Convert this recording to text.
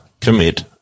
commit